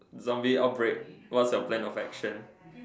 zombie outbreak what's your plan of action